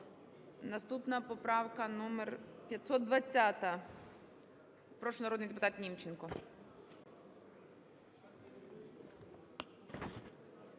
Наступна - поправка номер 520. Прошу, народний депутатНімченко.